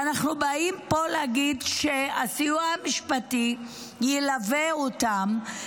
ואנחנו באים פה להגיד שהסיוע המשפטי ילווה אותם,